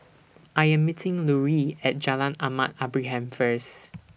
I Am meeting Larue At Jalan Ahmad Ibrahim First